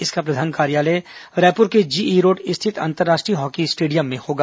इसका प्रधान कार्यालय रायपुर के जीई रोड स्थित अंतर्राष्ट्रीय हॉकी स्टेडियम होगा